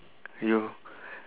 you